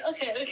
Okay